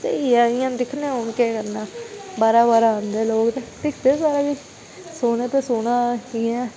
स्हेई ऐ इ'यां दिक्खने आं हून के्ह करना बाहरा बाहरा आंदे लोक दिक्खदे सारा किश सोह्ना ते सोह्ना कियां